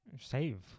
save